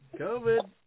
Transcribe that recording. COVID